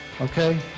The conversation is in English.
Okay